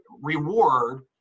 reward